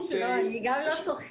גם אני לא.